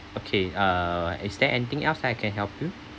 okay uh is there anything else that I can help you